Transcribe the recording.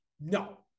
No